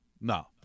No